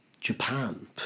Japan